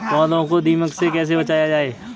पौधों को दीमक से कैसे बचाया जाय?